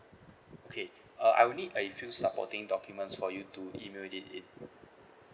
okay uh I will need a few supporting documents for you to email it in